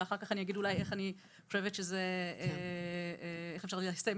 אחר כך אני אגיד איך אני חושבת שאפשר ליישם